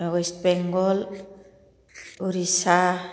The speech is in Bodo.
वेस्ट बेंगल उरिष्या